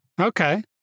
Okay